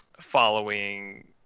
following